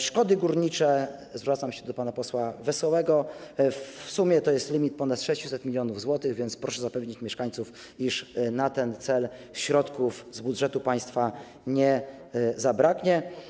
Szkody górnicze, zwracam się do pana posła Wesołego, to jest w sumie limit ponad 600 mln zł, więc proszę zapewnić mieszkańców, iż na ten cel środków z budżetu państwa nie zabraknie.